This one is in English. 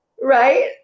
Right